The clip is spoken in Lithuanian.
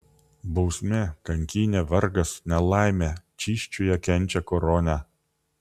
bausmė kankynė vargas nelaimė čysčiuje kenčia koronę